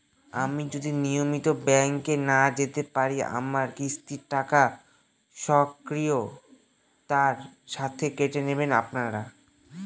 আমি যদি নিয়মিত ব্যংকে না যেতে পারি আমার কিস্তির টাকা স্বকীয়তার সাথে কেটে নেবেন আপনারা?